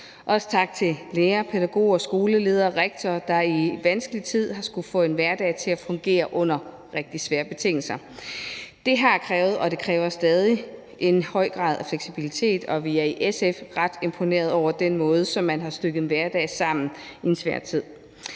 også tak til lærere, pædagoger, skoleledere og rektorer, der i en vanskelig tid har skullet få en hverdag til at fungere under rigtig svære betingelser. Det har krævet og det kræver stadig en høj grad af fleksibilitet, og vi er i SF ret imponerede over den måde, som man har stykket en hverdag sammen på i en svær tid.